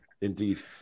indeed